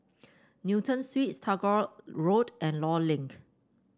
Newton Suites Tagore Road and Law Link